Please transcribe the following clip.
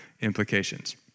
implications